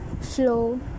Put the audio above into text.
flow